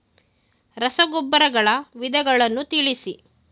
ರಸಗೊಬ್ಬರಗಳ ವಿಧಗಳನ್ನು ತಿಳಿಸಿ?